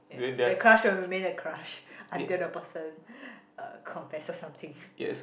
the crush will remain a crush until the person uh confesses something